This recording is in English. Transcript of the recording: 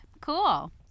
Cool